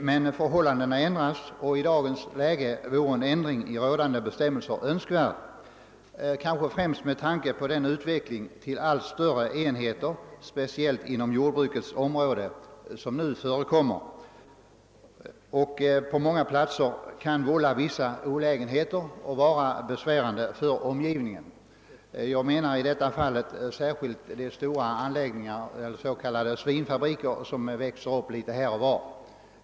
Men förhållandena förändras och i dag är en ändring önskvärd, kanske främst med tanke på den utveckling till allt större enheter på jordbrukets område som nu förekommer och som på många platser kan vålla vissa olägenheter och vara besvärande för omgivningen. Jag avser i detta fall särskilt de stora s.k. svinfabriker som växer upp litet här och var.